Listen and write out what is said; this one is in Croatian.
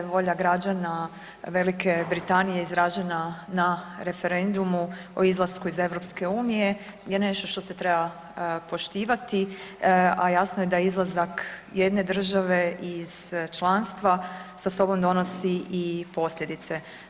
Volja građana Velike Britanije izražena na referendumu o izlasku iz EU je nešto što se treba poštivati, a jasno je da izlazak jedne države iz članstva sa sobom donosi i posljedice.